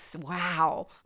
Wow